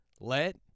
Let